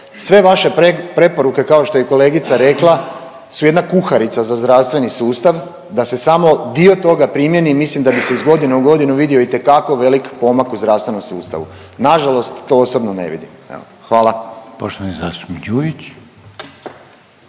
Sve vaše preporuke kao što je i kolegica rekla su jedna kuharica za zdravstveni sustav, da se samo dio toga primjeni mislim da bi se iz godine u godinu vidio itekako velik pomak u zdravstvenom sustavu. Nažalost to osobno ne vidim. Evo,